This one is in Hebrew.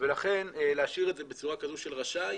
ולכן להשאיר את זה בצורה כזו של רשאי